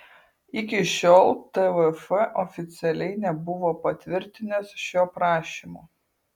iki šiol tvf oficialiai nebuvo patvirtinęs šio prašymo